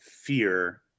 fear